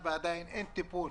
ועדיין אין טיפול